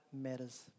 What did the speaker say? matters